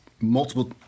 multiple